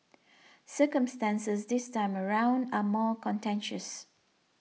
circumstances this time around are more contentious